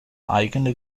eigene